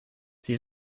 sie